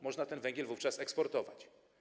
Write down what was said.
Można ten węgiel wówczas eksportować.